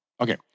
Okay